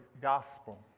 gospel